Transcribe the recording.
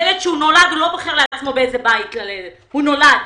ילד לא בוחר לעצמו באיזה בית להיוולד, הוא נולד.